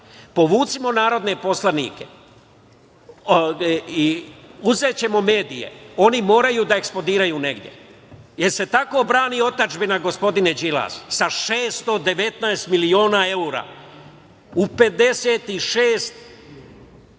„Povucimo narodne poslanike. Uzećemo medije. Oni moraju da eksplodiraju negde“. Da li se tako brani otadžbina, gospodine Đilas, sa 619 miliona evra u 56 računa